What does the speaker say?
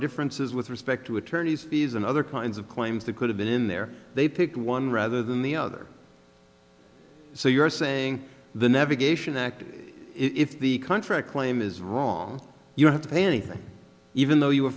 differences with respect to attorneys fees and other kinds of claims that could have been in there they pick one rather than the other so you're saying the navigation act if the contract claim is wrong you have to pay anything even though you were